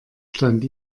stand